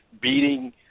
beating